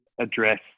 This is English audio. address